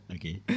Okay